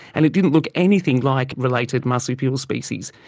and it didn't look anything like related marsupial species.